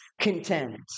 content